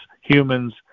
humans